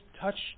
touched